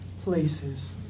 places